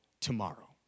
tomorrow